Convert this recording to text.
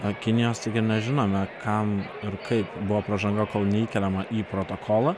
kinijos taigi nežinome kam ir kaip buvo pražanga kol neįkeliama į protokolą